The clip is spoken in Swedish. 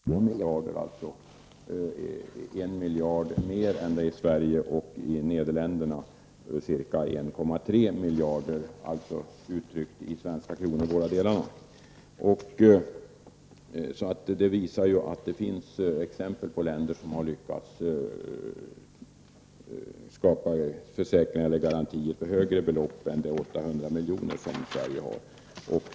Herr talman! Först vill jag kommentera Lennart Anderssons synpunkter på atomansvaret, som är 800 miljoner. Beloppet höjdes från 500 miljoner för ett par år sedan. Det var huvudsakligen en uppräkning med hänsyn till den penningvärdeförsämring som hade uppstått under tiden. Sedan vill jag beröra påståendet att Sverige har ett högre ansvarsbelopp än andra länder. Det är en sanning med modifikation. De uppgifter som vi hade redan i fjol visar att var anläggningsansvaret i Västtyskland 1,8 miljarder, alltså I miljard mer än i Sverige, och i Nederländerna ca 1,3 miljarder — uttryckt i svenska kronor. Det visar att det finns exempel på länder som har lyckats försäkra garantier på högre belopp än de 800 miljoner som Sverige har.